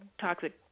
toxic